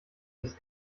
des